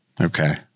Okay